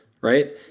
right